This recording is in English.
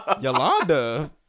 yolanda